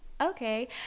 okay